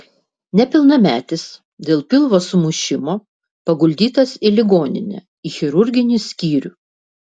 nepilnametis dėl pilvo sumušimo paguldytas į ligoninę į chirurginį skyrių